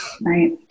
Right